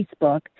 Facebook